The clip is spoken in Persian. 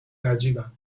نجیبن